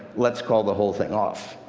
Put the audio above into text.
let's call the whole thing off.